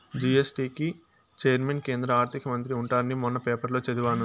GST కి chairman కేంద్ర ఆర్థిక మంత్రి ఉంటారని మొన్న పేపర్లో చదివాను